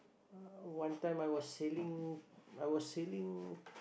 uh one time I was sailing I was sailing